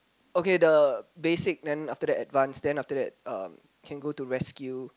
okay the basic then after that advance then after that um can go to rescue